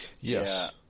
Yes